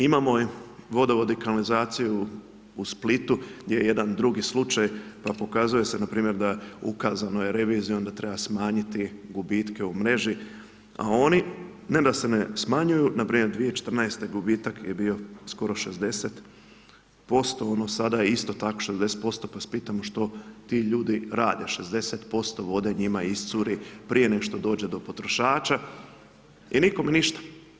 Imamo vodovode i kanalizaciju u Splitu, gdje je jedan drugi slučaj, pa pokazuje se npr. da ukazano je revizijom, da treba smanjiti gubitke u mreži, a oni ne da se ne smanjuju, npr. u 2014. gubitak je bio skoro 60% ono sada je isto tako 60% pa vas pitam što ti ljudi rade, 60% vode njima iscuri prije nego što dođe do potrošača i nikome ništa.